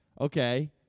okay